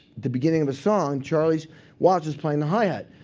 the beginning of a song. charlie watts is playing the high hat.